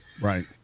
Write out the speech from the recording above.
Right